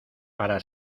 para